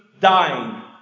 dying